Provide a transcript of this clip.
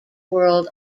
world